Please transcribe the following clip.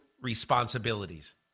responsibilities